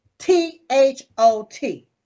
T-H-O-T